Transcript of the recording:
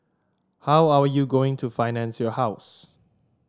how are you going to finance your house